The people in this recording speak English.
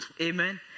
Amen